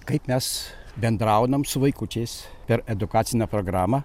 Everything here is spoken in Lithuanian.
kaip mes bendraunam su vaikučiais per edukacinę programą